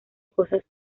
cosas